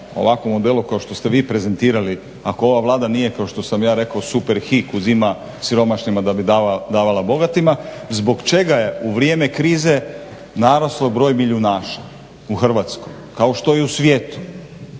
ovakvom modelu kao što ste vi prezentirali, ako ova Vlada nije kao što sam ja rekao super hik uzima siromašnima da bi davala bogatima, zbog čega je u vrijeme krize narastao broj milijunaša u Hrvatskoj kao što je i u svijetu?